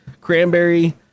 cranberry